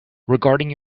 regarding